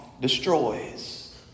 destroys